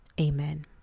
Amen